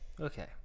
Okay